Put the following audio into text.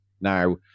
Now